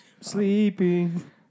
sleeping